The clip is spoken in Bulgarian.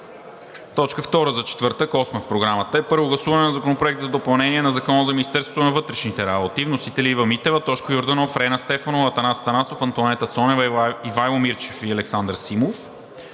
четвъртък, 10 март 2022 г. 8. Първо гласуване на Законопроекта за допълнение на Закона за Министерството на вътрешните работи. Вносители – Ива Митева, Тошко Йорданов, Рена Стефанова, Атанас Атанасов, Антоанета Цонева, Ивайло Мирчев и Александър Симов